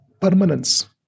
permanence